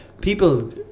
people